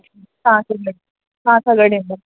अच्छा तव्हां सब ईंदव तव्हां सभई ईंदव